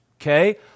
okay